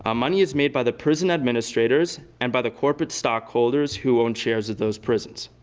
ah money is made by the prison administrators and by the corporate stockholders who own shares of those prisons.